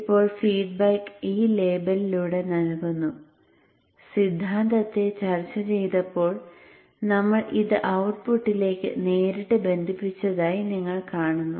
ഇപ്പോൾ ഫീഡ്ബാക്ക് ഈ ലേബലിലൂടെ നൽകുന്നു സിദ്ധാന്തത്തിൽ ചർച്ച ചെയ്തപ്പോൾ നമ്മൾ ഇത് ഔട്ട്പുട്ടിലേക്ക് നേരിട്ട് ബന്ധിപ്പിച്ചതായി നിങ്ങൾ കാണുന്നു